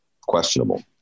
questionable